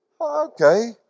Okay